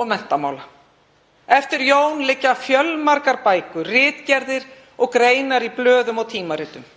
og menntamála. Eftir Jón liggja fjölmargar bækur, ritgerðir og greinar í blöðum og tímaritum.